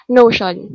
notion